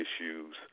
issues